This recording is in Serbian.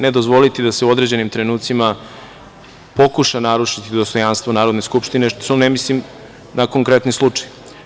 Ne dozvoliti da se u određenim trenucima pokuša narušiti dostojanstvo Narodne skupštine, što ne mislim na konkretni slučaj.